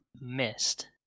missed